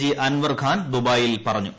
G Anwar Khan ദുബായിൽ പറഞ്ഞു